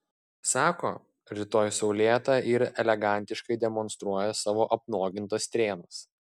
sako rytoj saulėta ir elegantiškai demonstruoja savo apnuogintas strėnas